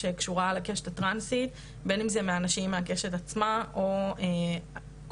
שקשורה לקשת הטרנסית בין אם זה מאנשים מהקשת עצמה או מקרובי